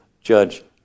judge